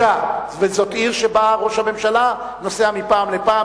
וזאת עיר שבה ראש הממשלה נוסע מפעם לפעם,